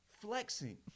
flexing